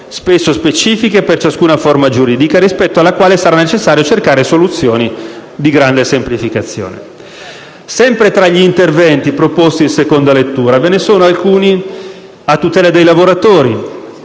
spesso specifiche per ciascuna forma giuridica, rispetto alla quale sarà necessario cercare soluzioni di grande semplificazione. Sempre tra gli interventi proposti in seconda lettura, ve ne sono alcuni a tutela dei lavoratori: